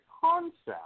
concept